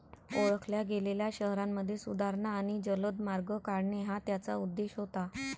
ओळखल्या गेलेल्या शहरांमध्ये सुधारणा आणि जलद मार्ग काढणे हा त्याचा उद्देश होता